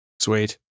Sweet